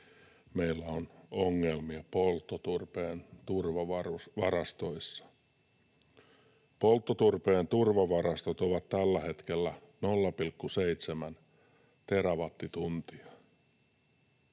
meillä on ongelmia polttoturpeen turvavarastoissa. Polttoturpeen turvavarastot ovat tällä hetkellä 0,7 terawattituntia.